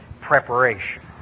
preparation